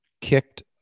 kicked